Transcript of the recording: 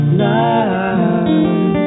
love